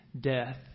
death